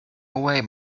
away